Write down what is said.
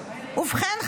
ובכן,